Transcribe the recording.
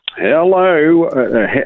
Hello